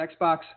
Xbox